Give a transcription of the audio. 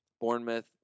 Bournemouth